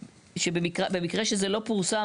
שבמקרה שזה לא פורסם,